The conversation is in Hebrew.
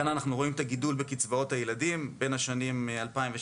כאן אנחנו רואים את הגידול קצבאות הילדים בין השנים 2017